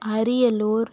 Ariyalur